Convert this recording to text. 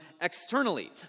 externally